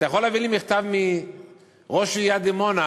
אתה יכול להביא לי מכתב מראש עיריית דימונה